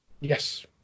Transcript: Yes